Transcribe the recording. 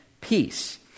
peace